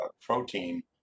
protein